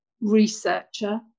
researcher